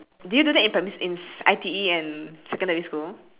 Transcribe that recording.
do you do that in primary in I_T_E and secondary school